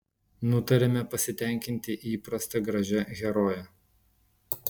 nutarėme pasitenkinti įprasta gražia heroje